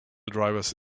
drivers